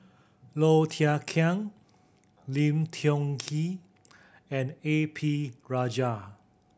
Low Thia Khiang Lim Tiong Ghee and A P Rajah